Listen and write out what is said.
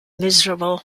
miserable